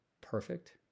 perfect